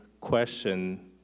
question